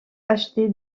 acheter